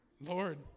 Lord